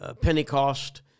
Pentecost